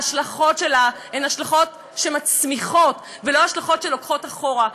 ההשלכות שלה הן השלכות שמצמיחות ולא השלכות שלוקחות אחורה,